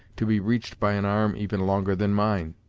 to be reached by an arm even longer than mine.